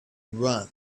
want